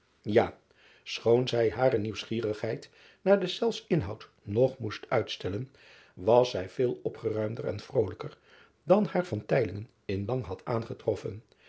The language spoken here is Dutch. ja schoon zij hare nieuwsgierigheid naar deszelfs inboud nog moest uitstellen was zij veel opgeruimder en vrolijker dan haar in lang had aangetroffen